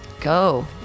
go